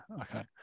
okay